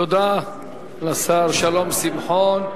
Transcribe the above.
תודה לשר שלום שמחון.